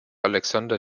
alexander